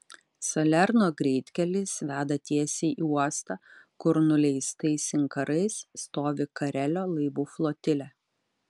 salerno greitkelis veda tiesiai į uostą kur nuleistais inkarais stovi karelio laivų flotilė